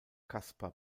caspar